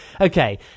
okay